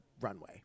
runway